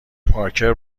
پارکر